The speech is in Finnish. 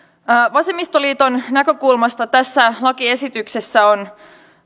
vasemmistoliiton näkökulmasta tässä lakiesityksessä on